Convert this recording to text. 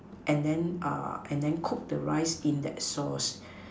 and then uh and then cook the rice in that sauce